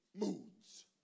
moods